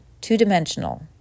two-dimensional